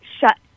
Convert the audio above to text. shut